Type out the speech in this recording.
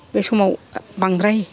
बे समाव बांद्राय